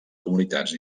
comunitats